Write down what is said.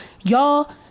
y'all